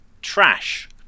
trash